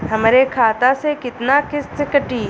हमरे खाता से कितना किस्त कटी?